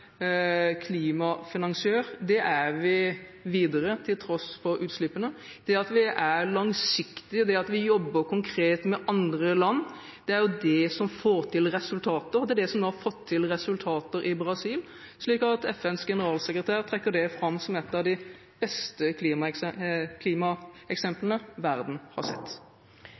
Det vil vi være videre, til tross for utslippene. Det at vi er langsiktige, det at vi jobber konkret med andre land, er det som får til resultater, er det som nå har fått til resultater i Brasil, slik at FNs generalsekretær trekker det fram som et av de beste